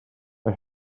mae